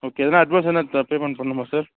okay எதனா advance எதனா இப்போ பேமெண்ட் பண்ணனுமா சார்